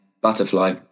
butterfly